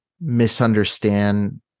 misunderstand